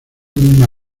misma